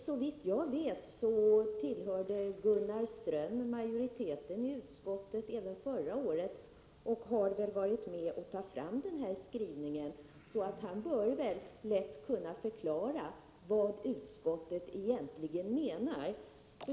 Såvitt jag vet tillhörde Gunnar Ström majoriteten i utskottet även förra året och har väl varit med att ta fram skrivningen, så han bör lätt kunna förklara vad utskottet egentligen menar.